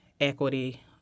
equity